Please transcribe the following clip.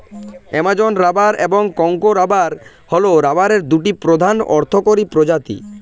Amazon rubber এবং Congo rubber হল রাবারের দুটি প্রধান অর্থকরী প্রজাতি